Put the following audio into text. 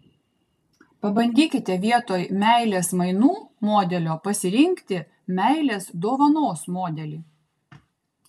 pabandykite vietoj meilės mainų modelio pasirinkti meilės dovanos modelį